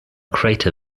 crater